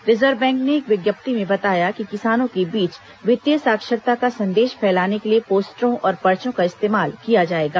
reserve Bank ने एक विज्ञप्ति में बताया कि किसानों के बीच वित्तीय साक्षरता का संदेश फैलाने के लिए पोस्टरों और पर्चों का इस्तेमाल किया जाएगा